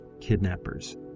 kidnappers